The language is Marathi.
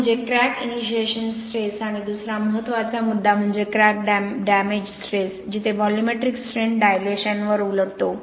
म्हणजे क्रॅक इनिशिएशन स्ट्रेस आणि दुसरा महत्त्वाचा मुद्दा म्हणजे क्रॅक डॅमेज स्ट्रेस जिथे व्हॉल्यूमेट्रिक स्ट्रेन डायलेशनवर उलटतो